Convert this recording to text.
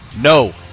No